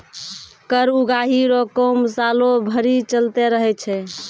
कर उगाही रो काम सालो भरी चलते रहै छै